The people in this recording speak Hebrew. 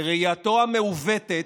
בראייתו המעוותת,